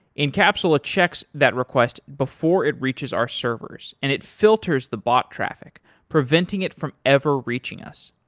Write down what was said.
incapsula checks that request before it reaches our servers and it filters the bot traffic preventing it from ever reaching us.